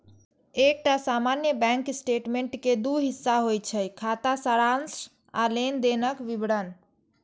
एकटा सामान्य bank statement के दू हिस्सा होइ छै, खाता सारांश आ लेनदेनक विवरण